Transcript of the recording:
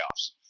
playoffs